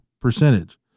percentage